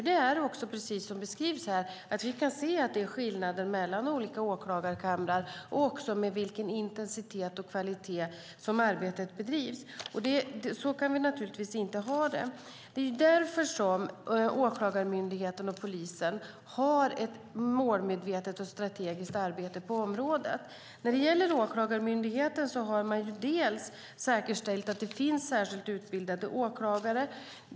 Det är nämligen, precis som beskrivs här, så att vi kan se att det är skillnader mellan olika åklagarkamrar och även med vilken intensitet och kvalitet som arbetet bedrivs. Så kan vi naturligtvis inte ha det. Det är därför Åklagarmyndigheten och polisen har ett målmedvetet och strategiskt arbete på området. När det gäller Åklagarmyndigheten har man dels säkerställt att det finns särskilt utbildade åklagare.